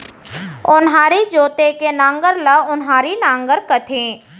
ओन्हारी जोते के नांगर ल ओन्हारी नांगर कथें